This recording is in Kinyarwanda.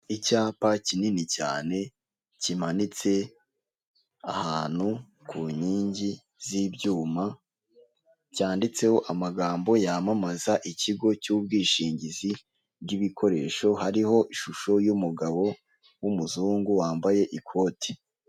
Icyapa kinini cyane kimanitse ahantu ku nkingi z'ibyuma, cyanditseho amagambo yamamaza ikigo cy'ubwishingizi bw'ibikoresho, hariho ishusho y'umugabo w'umuzungu wambaye ikoti.